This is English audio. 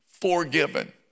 forgiven